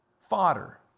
fodder